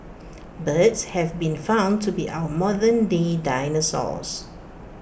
birds have been found to be our modernday dinosaurs